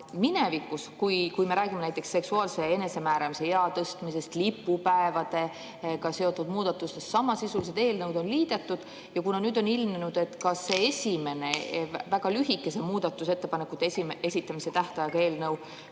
minevikus, kui me räägime näiteks seksuaalse enesemääramise ea tõstmisest, lipupäevadega seotud muudatustest, on samasisulised eelnõud liidetud. Ja kuna nüüd on ilmnenud, et ka selle esimese, väga lühikese muudatusettepanekute esitamise tähtajaga eelnõu